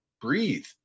breathe